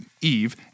Eve